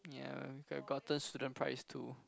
ya we could have gotten student price too